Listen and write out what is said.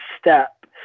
Step